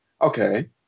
Okay